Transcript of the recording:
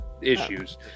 issues